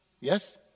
Yes